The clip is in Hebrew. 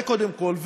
זה קודם כול.